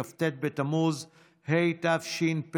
כ"ט בתמוז התשפ"א,